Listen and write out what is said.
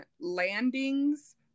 landings